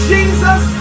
Jesus